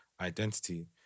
identity